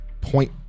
point